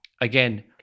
again